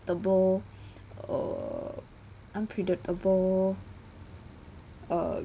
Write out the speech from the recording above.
err unpredictable uh